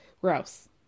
gross